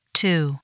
two